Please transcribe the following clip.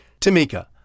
Tamika